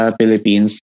Philippines